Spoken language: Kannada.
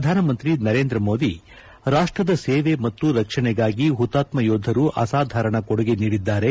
ಪ್ರಧಾನಮಂತ್ರಿ ನರೇಂದ್ರ ಮೋದಿ ರಾಷ್ವದ ಸೇವೆ ಮತ್ತು ರಕ್ಷಣೆಗಾಗಿ ಹುತಾತ್ಮ ಯೋಧರು ಅಸಾಧಾರಣ ಕೊಡುಗೆ ನೀಡಿದ್ದಾರೆ